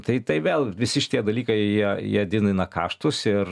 tai tai vėl visi šitie dalykai jie jie didina kaštus ir